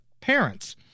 parents